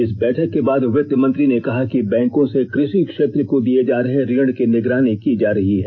इस बैठक के बाद वित्त मंत्री ने कहा कि बैंकों से कृषि क्षेत्र को दिए जा रहे ऋण की निगरानी की जा रही है